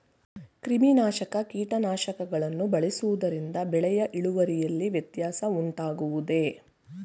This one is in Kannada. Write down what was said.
ಕ್ರಿಮಿನಾಶಕ ಕೀಟನಾಶಕಗಳನ್ನು ಬಳಸುವುದರಿಂದ ಬೆಳೆಯ ಇಳುವರಿಯಲ್ಲಿ ವ್ಯತ್ಯಾಸ ಉಂಟಾಗುವುದೇ?